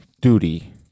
duty